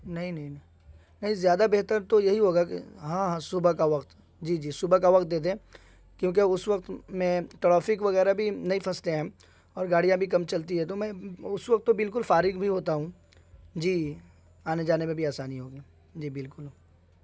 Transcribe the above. نہیں نہیں نہیں نہیں زیادہ بہتر تو یہی ہوگا کہ ہاں ہاں صبح کا وقت جی جی صبح کا وقت دے دیں کیونکہ اس وقت میں ٹرافک وغیرہ بھی نہیں پھنستے ہیں ہم اور گاڑیاں بھی کم چلتی ہے تو میں اس وقت تو بالکل فارغ بھی ہوتا ہوں جی آنے جانے میں بھی آسانی ہوگی جی بالکل